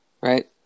right